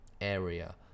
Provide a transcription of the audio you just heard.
area